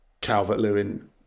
Calvert-Lewin